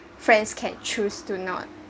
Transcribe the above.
friends can choose to not